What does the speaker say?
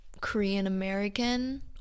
Korean-American